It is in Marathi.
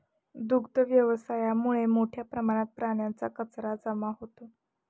दुग्ध व्यवसायामुळे मोठ्या प्रमाणात प्राण्यांचा कचरा जमा होतो